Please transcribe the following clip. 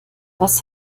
was